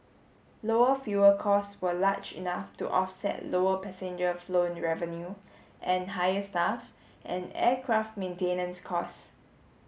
lower fuel costs were large enough to offset lower passenger flown revenue and higher staff and aircraft maintenance costs